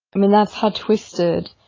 i mean that's how twisted,